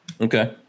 Okay